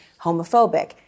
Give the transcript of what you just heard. homophobic